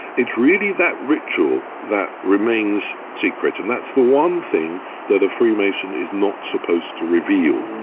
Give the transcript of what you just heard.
it's really that ritual that remains secret, and that's the one thing that a freemason is not supposed to reveal.